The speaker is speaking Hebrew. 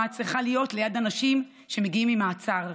צריכה להיות ליד אנשים שמגיעים ממעצר.